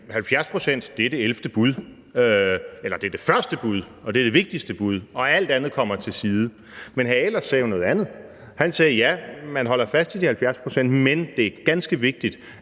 70 procent er det første bud, det vigtigste bud, og alt andet kommer til sidst. Men hr. Tommy Ahlers sagde noget andet. Han sagde: Ja, man holder fast i de 70 pct., men det er ganske vigtigt,